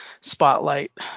Spotlight